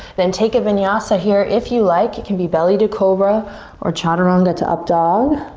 then take a vinyasa here if you like. it can be belly to cobra or chaturanga to up dog.